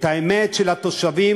את האמת של התושבים,